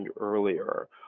earlier